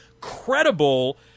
credible